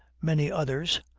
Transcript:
many others,